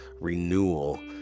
renewal